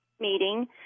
meeting